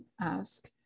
ask